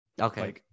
Okay